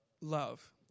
love